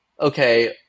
okay